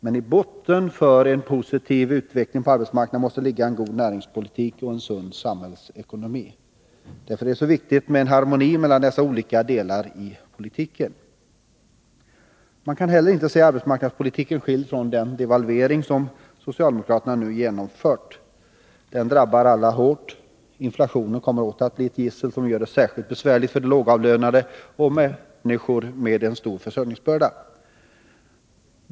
Men i botten för en positiv utveckling på arbetsmarknaden måste ligga en god näringspolitik och en sund samhällsekonomi. Därför är det så viktigt med harmoni mellan dessa olika delar i politiken. Man kan heller inte se arbetsmarknadspolitiken skild från den devalvering som socialdemokraterna nu genomfört. Den drabbar alla hårt. Inflationen kommer åter att bli ett gissel som gör det särskilt besvärligt för de lågavlönade och för människor med stor försörjningsbörda.